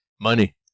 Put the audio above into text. Money